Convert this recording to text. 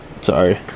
Sorry